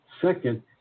Second